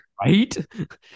right